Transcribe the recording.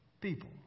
people